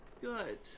good